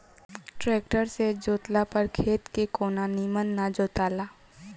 tractor से जोतला पर खेत के कोना निमन ना जोताला